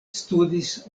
studis